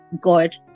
god